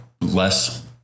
less